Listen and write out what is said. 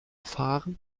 fahren